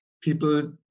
people